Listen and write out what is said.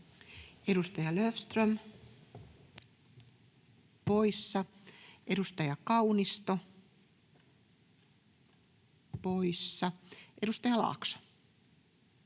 Edustaja Löfström, poissa. Edustaja Kaunisto, poissa. — Edustaja Laakso.